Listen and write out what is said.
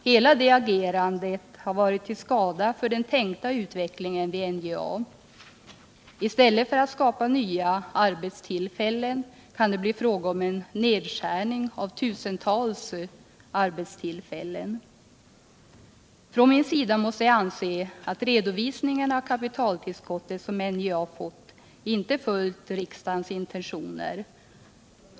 Hela det agerandet har varit till skada för den tänkta utvecklingen vid NJA. I stället för att skapa nya arbetstillfällen kan det bli fråga om en nedskärning med tusentals arbetstillfällen. Jag måste anse att redovisningen av det kapitaltillskott som NJA fått inte följt riksdagens intentioner.